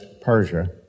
Persia